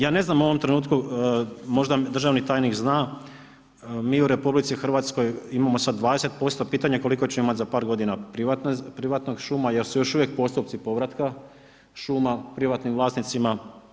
Ja ne znam u ovom trenutku, možda državni tajnik zna, mi u RH, imamo sada 20% pitanje koliko ćemo imati za par godina privatnih šuma i dal su još uvijek postupci povratka šuma privatnim vlasnicima.